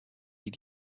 die